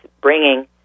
bringing